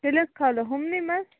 تیٚلہِ حظ کھالو یِمنٕے منٛز